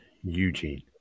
Eugene